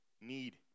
need